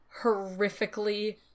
horrifically